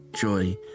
joy